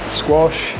squash